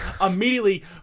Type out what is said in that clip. immediately